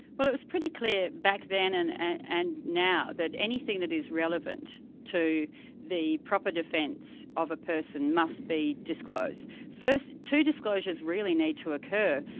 well it's pretty clear back then and and and now, that anything that is relevant to the proper defence of a person must be disclosed. first, two disclosures really need to occur.